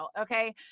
okay